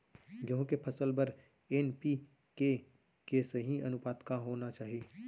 गेहूँ के फसल बर एन.पी.के के सही अनुपात का होना चाही?